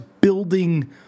building